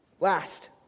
Last